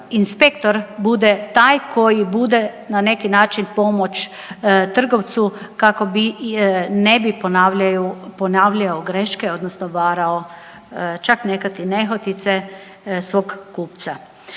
inspektor bude taj koji bude na neki način pomoć trgovcu kako bi ne bi ponavljaju, ponavljao greške odnosno varao čak nekad i nehotice svog kupca.